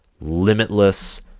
limitless